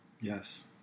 Yes